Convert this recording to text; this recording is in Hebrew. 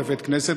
לבית-כנסת,